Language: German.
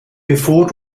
bevor